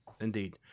Indeed